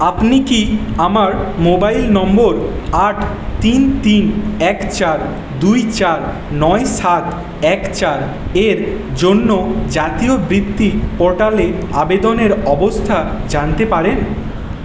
আপনি কি আমার মোবাইল নম্বর আট তিন তিন এক চার দুই চার নয় সাত এক চারের জন্য জাতীয় বৃত্তি পোর্টালে আবেদনের অবস্থা জানতে পারেন